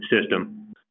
system